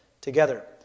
together